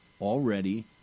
already